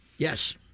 Yes